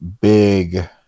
big